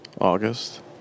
August